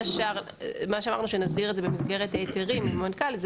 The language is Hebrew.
אמרנו שנסדיר את זה במסגרת ההיתרים, עם המנכ"ל.